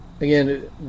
again